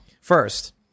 First